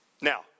Now